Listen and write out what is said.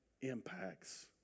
impacts